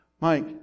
Mike